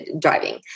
driving